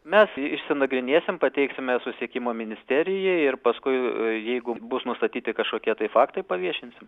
mes išsinagrinėsim pateiksime susisiekimo ministerijai ir paskui jeigu bus nustatyti kažkokie tai faktai paviešinsim